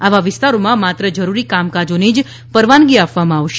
આવા વિસ્તારોમાં માત્ર જરૂરી કામકોની જ પરવાનગી આપવામાં આવશે